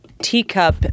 Teacup